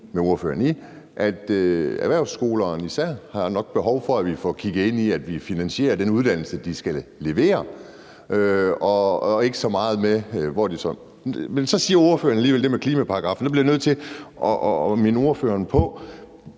med ordføreren i, at nok især erhvervsskolerne har behov for, at vi får kigget ind i, at vi finansierer den uddannelse, de skal levere. Men så siger ordføreren alligevel det med klimaparagraffen. Der bliver jeg jo nødt til at minde ordføreren om,